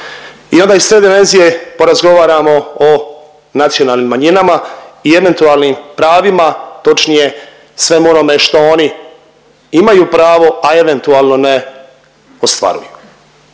i onda iz te dimenzije porazgovaramo o nacionalnim manjinama i eventualnim pravima, točnije sve onome što oni imaju pravo, a eventualno ne ostvaruju.